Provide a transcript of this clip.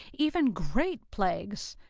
even great plagues,